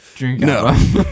No